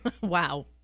wow